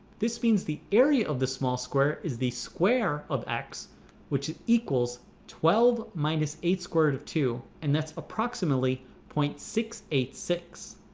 this means the area of the small square is the square of x which equals twelve minus eight square root of two and that's approximately point six eight six.